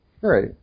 Right